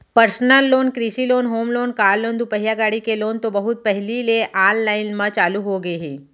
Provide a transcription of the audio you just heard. personal loan, कृषि loan, home loan, car loan, दुपहिया गाड़ी के लोन तो बहुत पहिली ले आनलाइन म चालू होगे हे